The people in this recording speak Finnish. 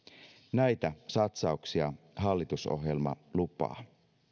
näitä satsauksia hallitusohjelma lupaa